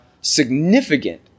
significant